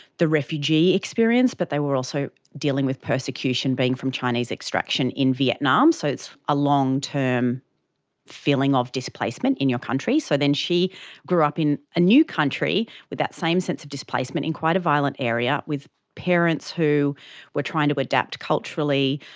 the refugee experience, but they were also dealing with persecution, being from chinese extraction in vietnam, so it's a long-term of displacement in your country. so then she grew up in a new country with that same sense of displacement in quite a violent area, with parents who were trying to adapt culturally,